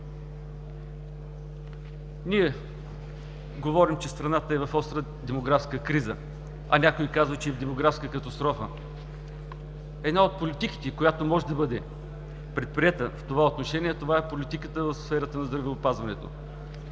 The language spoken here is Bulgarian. Говорим, че страната е в остра демографска криза, а някои казват, че е в демографска катастрофа. Една от политиките, която може да бъде предприета в това отношение, е политиката в сферата на здравеопазването.